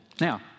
Now